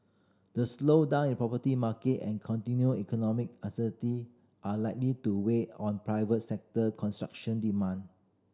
the slowdown in the property market and continued economic uncertainty are likely to weigh on private sector construction demand